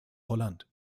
holland